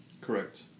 Correct